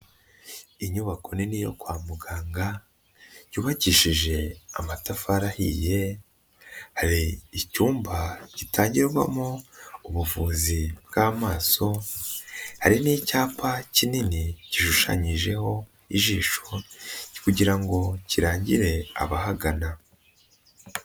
Inyubako nini yo kwa muganga yubakishije amatafari ahiye, icyumba gitangirwamo ubuvuzi bw'amaso, hari n'icyapa kinini gishushanyijeho ijisho kugirango kirangire abahagana.